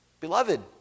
Beloved